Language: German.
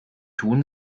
tun